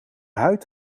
huid